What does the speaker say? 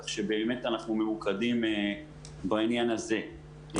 כך שבאמת אנחנו ממוקדים בעניין הזה.